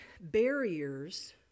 barriers